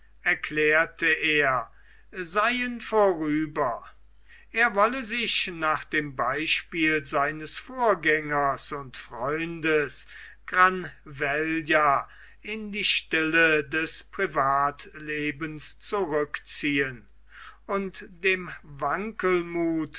erklärte er seien vorüber er wolle sich nach dem beispiel seines vorgängers und freundes granvella in die stille des privatlebens zurückziehen und dem